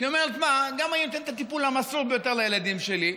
כי היא אומרת: גם אני אתן את הטיפול המסור ביותר לילדים שלי,